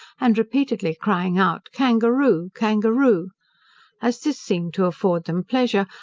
and repeatedly crying out, kangaroo, kangaroo as this seemed to afford them pleasure,